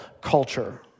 culture